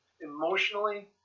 emotionally